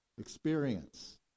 Experience